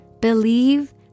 believe